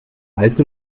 allzu